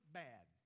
bad